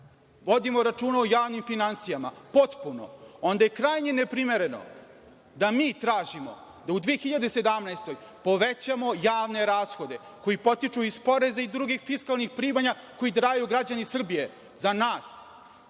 vodimo računa o javnim finansijama potpuno, onda ja krajnje neprimereno da mi tražimo da u 2017. godini povećamo javne rashode koji potiču iz poreza i drugih fiskalnih primanja koje daju građani Srbije za nas,